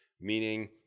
Meaning